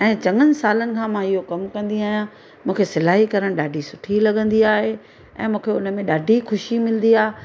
ऐं चङनि सालनि खां मां इहो कमु कंदी आहियां मूंखे सिलाई करणु ॾाढी सुठी लॻंदी आहे ऐं मूंखे हुन में ॾाढी ख़ुशी मिलंदी आहे